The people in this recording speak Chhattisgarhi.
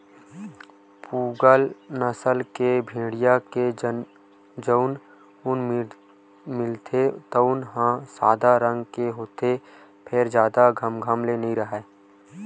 पूगल नसल के भेड़िया ले जउन ऊन मिलथे तउन ह सादा रंग के होथे फेर जादा घमघम ले नइ राहय